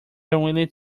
unwilling